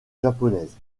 japonaise